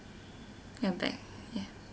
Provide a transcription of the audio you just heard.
you're back ya